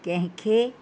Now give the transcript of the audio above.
कंहिंखे